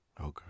Okay